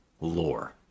lore